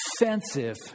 offensive